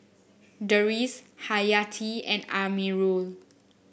Deris Hayati and Amirul